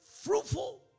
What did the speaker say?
fruitful